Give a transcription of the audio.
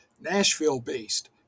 Nashville-based